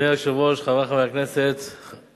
אוה, ידעתי למה אני מכוון.